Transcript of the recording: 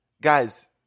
guys